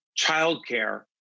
childcare